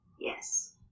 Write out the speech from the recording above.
yes